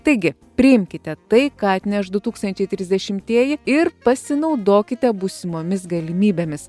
taigi priimkite tai ką atneš du tūkstančiai trisdešimtieji ir pasinaudokite būsimomis galimybėmis